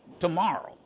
Tomorrow